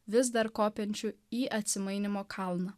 vis dar kopiančių į atsimainymo kalną